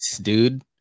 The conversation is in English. dude